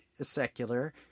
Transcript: Secular